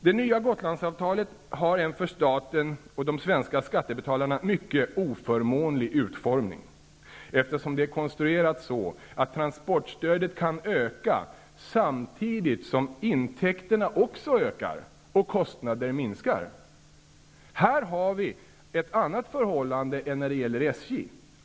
Det nya Gotlandsavtalet har en för staten och de svenska skattebetalarna mycket oförmånlig utformning, eftersom det är konstruerat så, att transportstödet kan öka samtidigt som intäkterna också ökar och kostnader minskar. Här har vi ett annat förhållande än när det gäller SJ.